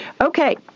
Okay